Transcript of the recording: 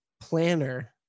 planner